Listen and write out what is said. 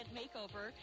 makeover